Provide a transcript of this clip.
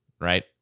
right